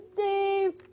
dave